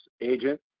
agent